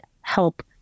help